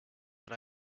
but